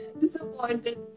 disappointed